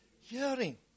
hearing